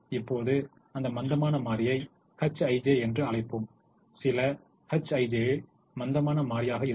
இப்போது அந்த மந்தமான மாறியை hij என்று அழைப்போம் சில hij மந்தமான மாறியாக இருக்கும்